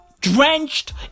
Drenched